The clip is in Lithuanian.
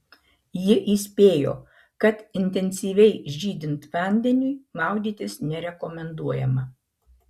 ji įspėjo kad intensyviai žydint vandeniui maudytis nerekomenduojama